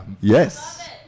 Yes